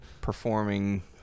performing